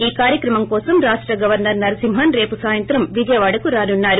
ఈ కార్యక్రమం కోసం రాష్ట గవర్పర్ నరసింహన్ రేపు సాయంత్రం విజయవాడకు రానున్నారు